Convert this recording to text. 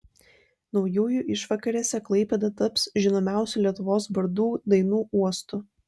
naujųjų išvakarėse klaipėda taps žinomiausių lietuvos bardų dainų uostu